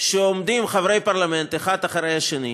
שעומדים חברי פרלמנט, אחד אחרי השני,